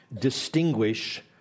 distinguish